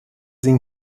این